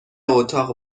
اتاق